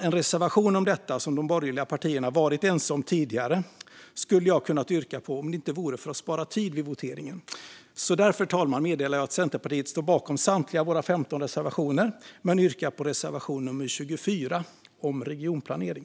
En reservation om detta, som de borgerliga partierna varit ense om tidigare, skulle jag ha kunnat yrka bifall till om det inte vore för att spara tid vid voteringen. Därför, fru talman, meddelar jag att Centerpartiet står bakom samtliga våra 15 reservationer, men jag yrkar bifall endast till reservation nummer 24 om regionplanering.